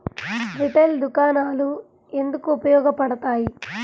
Retail దుకాణాలు ఎందుకు ఉపయోగ పడతాయి?